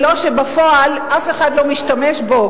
כשבפועל אף אחד לא משתמש בו,